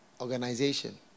organization